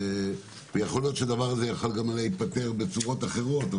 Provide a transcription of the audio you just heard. יכול להיות שהדבר הזה יכול היה להיפתר בצורות אחרות.